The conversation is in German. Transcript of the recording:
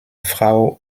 frau